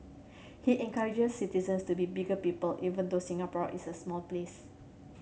he encourages citizens to be bigger people even though Singapore is a small place